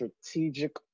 strategic